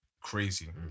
crazy